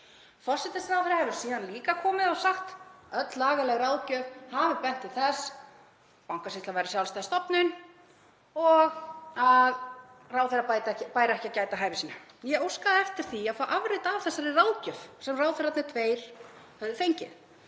Forsætisráðherra hefur síðan líka komið og sagt að öll lagaleg ráðgjöf hafi bent til þess, Bankasýslan væri sjálfstæð stofnun og að ráðherra hafi ekki borið ekki að gæta hæfi sínu. Ég óskaði eftir því að fá afrit af þessari ráðgjöf sem ráðherrarnir tveir höfðu